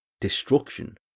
destruction